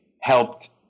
helped